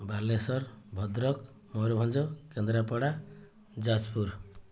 Balasore Bhadrak Mayurbhanj Kendrapara Jajpur